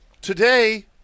today